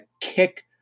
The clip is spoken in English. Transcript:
kick